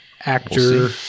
actor